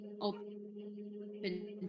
open